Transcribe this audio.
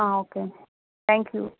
ఆ ఓకే అండి thank you